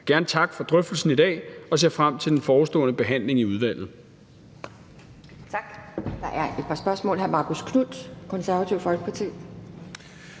gerne takke for drøftelsen i dag – og ser frem til den forestående behandling i udvalget.